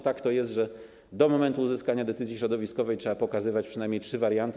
Tak to jest, że do momentu uzyskania decyzji środowiskowej trzeba pokazywać przynajmniej trzy warianty.